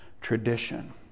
tradition